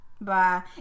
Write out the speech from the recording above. Bye